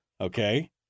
Okay